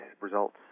results